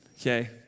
Okay